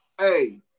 Hey